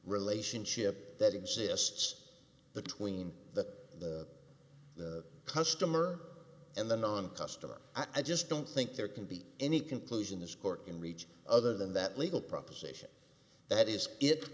relationship that exists between the customer and the non customer i just don't think there can be any conclusion this court can reach other than that legal proposition that is it